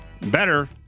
better